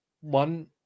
one